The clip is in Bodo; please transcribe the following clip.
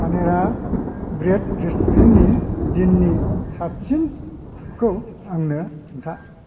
पानेरा ब्रेड रेस्टुरेन्टनि दिननि साबसिन सुपखौ आंनो खोन्था